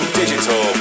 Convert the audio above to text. digital